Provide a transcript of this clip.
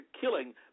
killing